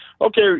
okay